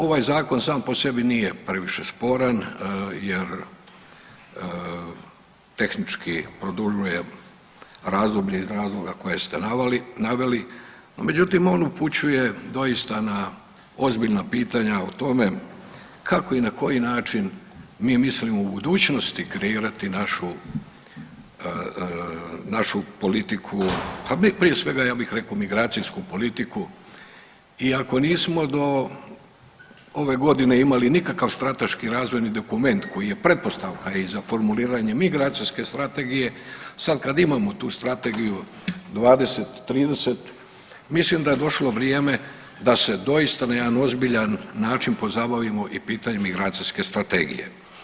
Ovaj Zakon sam po sebi nije previše sporan jer tehnički produljuje razdoblje iz razloga koji ste naveli, međutim, on upućuje doista na ozbiljna pitanja o tome kako i na koji način mi mislimo u budućnosti kreirati našu politiku, pa mi, prije svega, ja bih rekao migracijsku politiku, iako nismo do ove godine imali nikakav strateški razvojni dokument koji je pretpostavka i za formuliranje i migracijske strategije, sad kad imamo tu strategiju 2030., mislim da je došlo vrijeme da se doista na jedan ozbiljan način pozabavimo i pitanjem migracijske strategije.